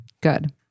Good